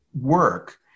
work